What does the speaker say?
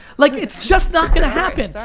like it's just not gonna happen,